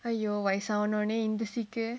!aiyo! வயசாவுனோனே இந்த:vayasaavunonae intha sick uh